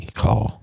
call